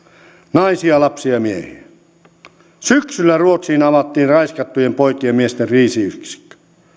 naisia lapsia ja miehiä syksyllä ruotsiin avattiin raiskattujen poikien ja miesten kriisiyksikkö